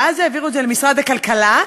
ואז העבירו את זה למשרד הכלכלה,